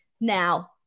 now